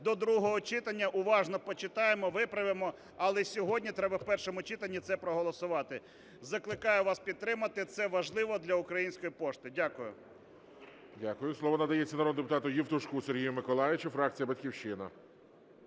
до другого читання, уважно почитаємо, виправимо, але сьогодні треба в першому читанні це проголосувати. Закликаю вас підтримати. Це важливо для української пошти. Дякую. ГОЛОВУЮЧИЙ. Слово надається народному депутату Євтушку Сергію Миколайовичу, фракція "Батьківщина"